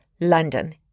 London